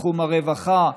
בתחום הרווחה.